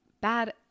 bad